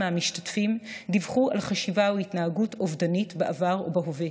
מהמשתתפים דיווחו על חשיבה או התנהגות אובדנית בעבר ובהווה,